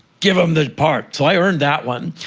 give him the part! so i earned that one.